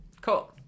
cool